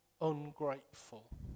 ungrateful